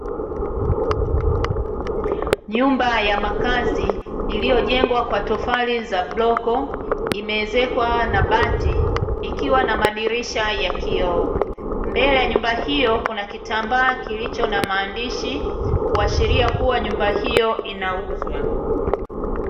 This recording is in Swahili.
Nyumba ya makazi iliyojengwa kwa tofali za bloko imeezekwa na bati ikiwa na madirisha ya kioo. Mbele ya nyumba hiyo kuna kitambaa kilicho na maandishi kuashiria kuwa nyumba hiyo inauzwa.